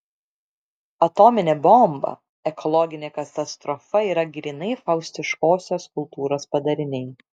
atominė bomba ekologinė katastrofa yra grynai faustiškosios kultūros padariniai